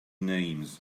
names